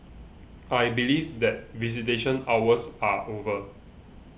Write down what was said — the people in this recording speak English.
I believe that visitation hours are over